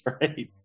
Right